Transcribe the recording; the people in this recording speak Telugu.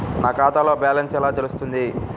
నా ఖాతాలో బ్యాలెన్స్ ఎలా తెలుస్తుంది?